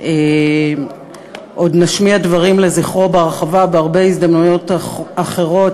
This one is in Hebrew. ועוד נשמיע דברים לזכרו בהרחבה בהרבה הזדמנויות אחרות.